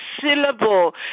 syllable